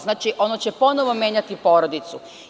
Znači, ono će ponovo menjati porodicu.